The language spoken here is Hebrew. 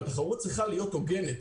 התחרות צריכה להיות הוגנת.